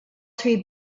three